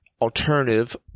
alternative